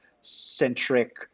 centric